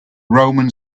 roman